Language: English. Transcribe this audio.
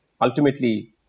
ultimately